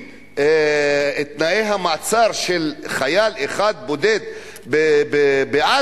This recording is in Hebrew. עם תנאי המעצר של חייל אחד בודד בעזה,